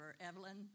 Evelyn